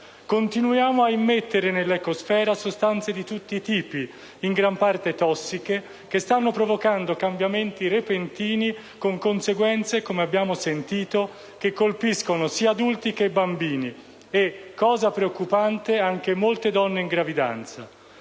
Continuiamo ad immettere nell'ecosfera sostanze di tutti i tipi, in gran parte tossiche, che stanno provocando cambiamenti repentini, con conseguenze - come abbiamo sentito - che colpiscono sia adulti che bambini e (cosa preoccupante) anche molte donne in gravidanza.